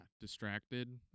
distracted